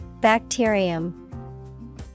Bacterium